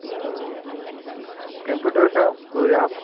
computer का तो यहाँ से